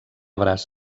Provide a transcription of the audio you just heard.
braç